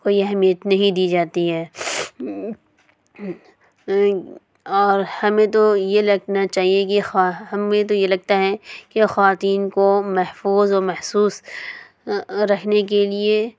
کوئی اہمیت نہیں دی جاتی ہے اور ہمیں تو یہ لگنا چاہیے کہ ہمیں تو یہ لگتا ہے کہ خواتین کو محفوظ و محسوس رہنے کے لیے